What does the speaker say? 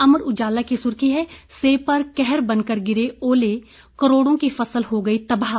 अमर उजाला की सुर्खी है सेब पर कहर बनकर गिरे ओले करोड़ों की फसल हो गई तबाह